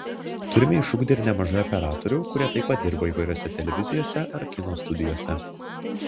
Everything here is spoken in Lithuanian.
turime išugdę ir nemažai operatorių kurie taip pat dirba įvairiose televizijose ar kino studijose